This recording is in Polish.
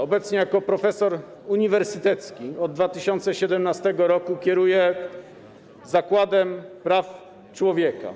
Obecnie jako profesor uniwersytecki od 2017 r. kieruje Zakładem Praw Człowieka.